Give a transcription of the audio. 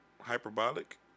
Hyperbolic